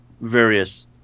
various